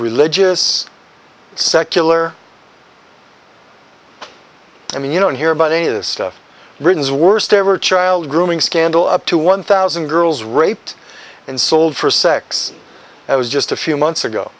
religious secular i mean you don't hear about is britain's worst ever child grooming scandal up to one thousand girls raped and sold for sex it was just a few months ago